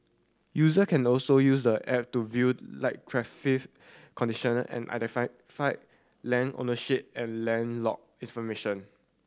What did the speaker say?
user can also use the app to viewed live traffic condition and identify land ownership and land lot information